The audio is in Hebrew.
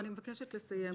אני מבקשת לסיים.